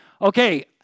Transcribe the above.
okay